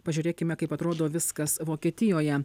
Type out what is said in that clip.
pažiūrėkime kaip atrodo viskas vokietijoje